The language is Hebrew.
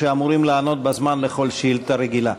שאמורים לענות בזמן על כל שאילתה רגילה.